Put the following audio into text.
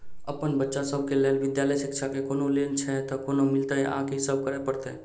अप्पन बच्चा सब केँ लैल विधालय शिक्षा केँ कोनों लोन छैय तऽ कोना मिलतय आ की सब करै पड़तय